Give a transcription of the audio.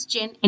Gen